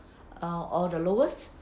uh or the lowest